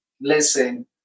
listen